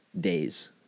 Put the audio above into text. days